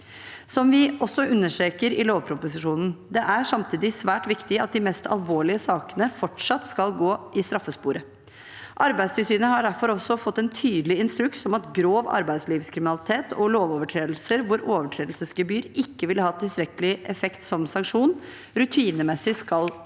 Som vi også understreker i lovproposisjonen: Det er samtidig svært viktig at de mest alvorlige sakene fortsatt skal gå i straffesporet. Arbeidstilsynet har derfor fått en tydelig instruks om at grov arbeidslivskriminalitet og lovovertredelser hvor overtredelsesgebyr ikke vil ha tilstrekkelig effekt som sanksjon, rutinemessig skal